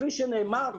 כפי שנאמר.